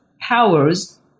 powers